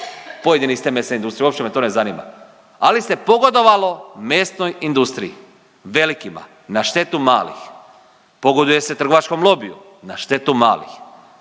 pojedini iz te mesne industrije, uopće me to ne zanima, ali se pogodovalo mesnoj industriji, velikima na štetu malih, pogoduje se trgovačkom lobiju na štetu malih.